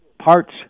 parts